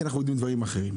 כי אנחנו יודעים דברים אחרים.